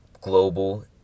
global